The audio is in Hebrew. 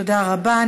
תודה רבה.